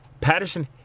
Patterson